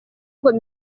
ngo